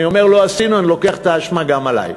אני אומר "לא עשינו" אני לוקח את האשמה גם עלי.